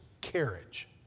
carriage